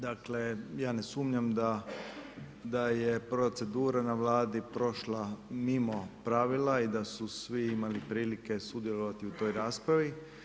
Dakle, ja ne sumnjam, da je procedura na Vladi prošla mimo pravila i da su svi imali prilike sudjelovati u toj raspravi.